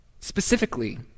Specifically